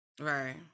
right